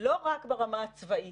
לא רק ברמה הצבאית.